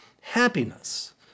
happiness